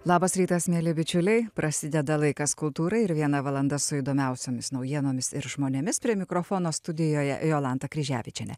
labas rytas mieli bičiuliai prasideda laikas kultūrai ir viena valanda su įdomiausiomis naujienomis ir žmonėmis prie mikrofono studijoje jolanta kryževičienė